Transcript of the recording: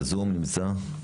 נמצא בזום.